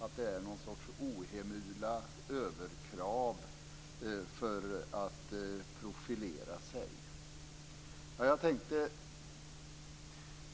Är det någon sorts ohemula överkrav för att profilera sig?